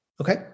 Okay